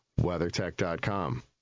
WeatherTech.com